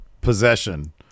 possession